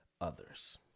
others